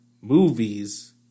movies